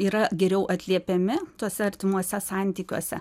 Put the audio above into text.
yra geriau atliepiami tuose artimuose santykiuose